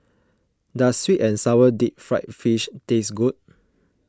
does Sweet and Sour Deep Fried Fish taste good